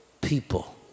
people